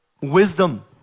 wisdom